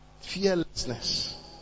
Fearlessness